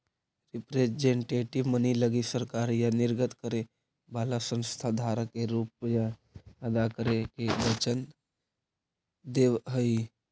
representative money लगी सरकार या निर्गत करे वाला संस्था धारक के रुपए अदा करे के वचन देवऽ हई